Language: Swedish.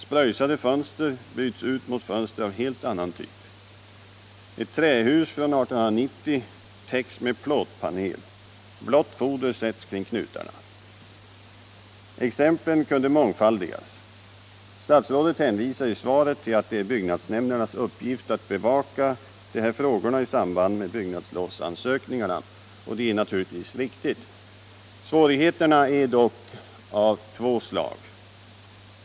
Spröjsade fönster byts ut mot fönster av helt annan typ. Ett trähus från 1890 täcks med plåtpanel. Blått foder sätts kring knutarna. Exemplen kunde mångfaldigas. Statsrådet hänvisar i svaret till att det är byggnadsnämndernas uppgift att bevaka de här frågorna i samband med byggnadslovsansökningarna. Det är naturligtvis riktigt. Svårigheterna är dock av två slag.